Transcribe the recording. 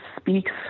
speaks